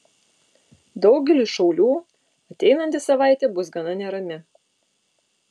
daugeliui šaulių ateinanti savaitė bus gana nerami